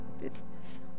business